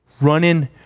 Running